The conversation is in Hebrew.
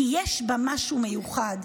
כי יש בה משהו מיוחד.